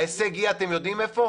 ההישג יהיה, אתם יודעים איפה?